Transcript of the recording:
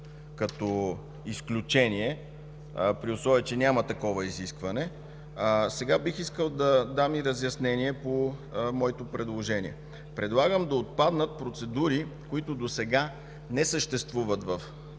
като изключение, при условие че няма такова изискване. Сега бих искал да дам разяснение по моето предложение. Предлагам да отпаднат процедури, които досега не съществуват в